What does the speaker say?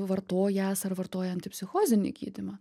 vartojęs ar vartoja antipsichozinį gydymą